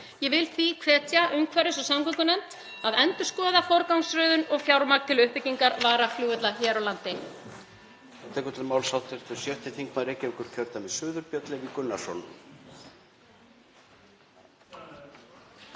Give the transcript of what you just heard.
Ég vil því hvetja umhverfis- og samgöngunefnd að endurskoða forgangsröðun og fjármagn til uppbyggingar varaflugvalla hér á landi.